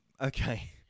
okay